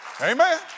Amen